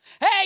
Hey